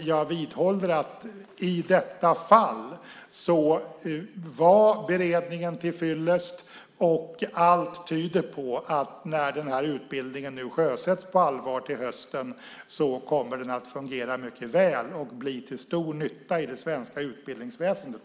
Jag vidhåller dock att i just detta fall var beredningen tillfyllest, och allt tyder på att när utbildningen till hösten på allvar sjösätts kommer den att fungera mycket väl och bli till stor nytta i det svenska utbildningsväsendet.